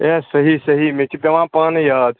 یے صحیح صحیح مےٚ چھِ پٮ۪وان پانہٕ یاد